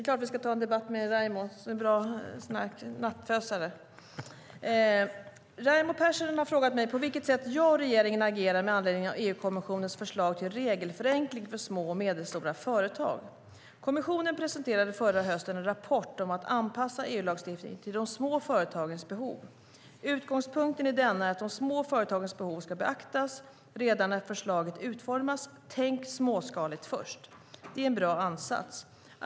Herr talman! Raimo Pärssinen har frågat mig på vilket sätt jag och regeringen agerar med anledning av EU-kommissionens förslag till regelförenkling för små och medelstora företag. Kommissionen presenterade förra hösten en rapport om att anpassa EU-lagstiftningen till de små företagens behov. Utgångspunkten i denna är att de små företagens behov ska beaktas redan när förslaget utformas; tänk småskaligt först. Det är en bra ansats.